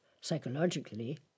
psychologically